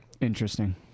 Interesting